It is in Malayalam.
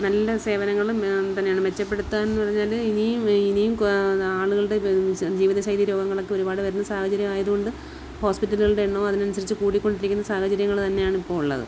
നല്ല സേവനങ്ങളും മെച്ചപ്പെടുത്താൻന്ന് പറഞ്ഞാൽ ഇനിയും ഇനിയും എന്താ ആളുകളുടെ ജീവിതശൈലി രോഗങ്ങളൊക്ക ഒരുപാട് വരുന്ന സാഹചര്യമായത് കൊണ്ട് ഹോസ്പിറ്റലുകളുടെ എണ്ണോം അതിനനുസരിച്ച് കൂടികൊണ്ടിരിക്കുന്ന സാഹചര്യങ്ങൾ തന്നെയാണ് ഇപ്പോൾ ഉള്ളത്